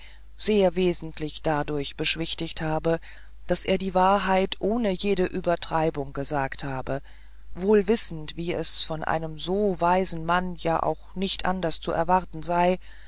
sehr wesentlich dadurch beschwichtigt habe daß er die wahrheit ohne jede übertreibung gesagt habe wohl wissend wie es von einem so weisen mann ja auch nicht anders zu erwarten sei